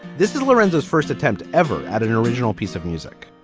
this is lorenzo's first attempt ever at an original piece of music